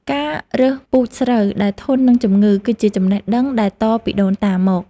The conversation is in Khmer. ការរើសពូជស្រូវដែលធន់នឹងជំងឺ គឺជាចំណេះដឹងដែលតពីដូនតាមក។